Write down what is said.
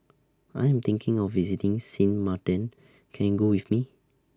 I Am thinking of visiting Sint Maarten Can YOU Go with Me